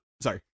sorry